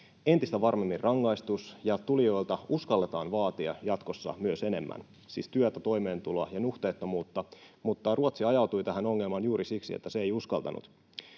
entistä varmemmin rangaistus, ja tulijoilta uskalletaan vaatia jatkossa myös enemmän — siis työtä, toimeentuloa ja nuhteettomuutta. Ruotsi ajautui tähän ongelmaan juuri siksi, että se ei uskaltanut.